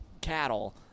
cattle